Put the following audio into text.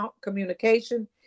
communication